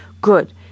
Good